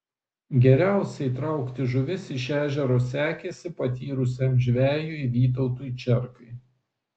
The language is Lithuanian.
geriausiai traukti žuvis iš ežero sekėsi patyrusiam žvejui vytautui čerkai